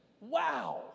Wow